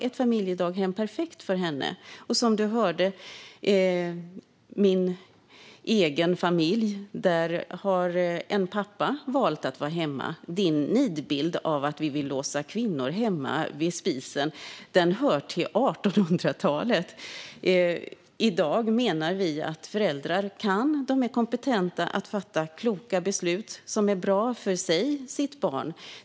Ett familjedaghem var perfekt för henne. I min egen familj har, som Roza Güclü Hedin hörde, en pappa valt att vara hemma. Roza Güclü Hedins nidbild av att vi vill låsa fast kvinnor hemma vid spisen hör till 1800-talet. I dag menar vi att föräldrar är kompetenta att fatta kloka beslut som är bra för dem och för deras barn.